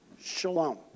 Shalom